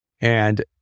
And-